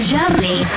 Germany